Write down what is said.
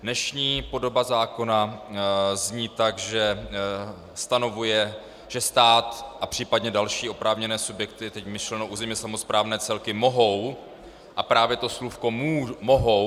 Dnešní podoba zákona zní tak, že stanovuje, že stát a případně další oprávněné subjekty, teď myšleno územně samosprávné celky, mohou a právě to slůvko mohou